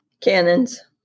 Cannons